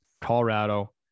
Colorado